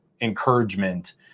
encouragement